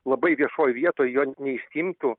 labai viešoj vietoj jo neišsiimtų